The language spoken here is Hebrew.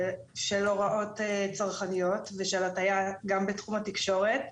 הוראות צרכניות ושל הטעייה בתחום התקשורת.